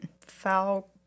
foul